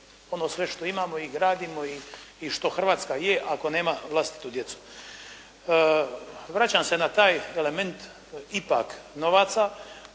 ono sve što imamo i gradimo i što Hrvatska je, ako nema vlastitu djecu. Vraćam se na taj element ipak novaca,